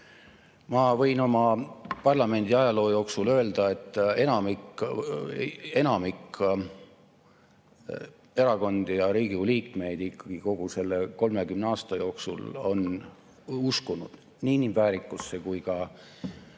Ma võin oma parlamendiajaloo põhjal öelda, et enamik erakondi ja Riigikogu liikmeid ikkagi kogu selle 30 aasta jooksul on uskunud nii inimväärikusse kui ka